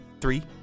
three